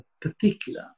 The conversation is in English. particular